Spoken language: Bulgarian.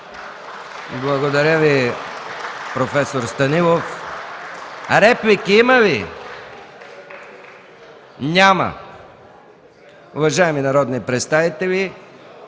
Благодаря Ви, професор Станилов. Реплики има ли? Няма. Уважаеми народни представители,